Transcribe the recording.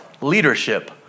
leadership